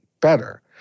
better